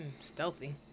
Stealthy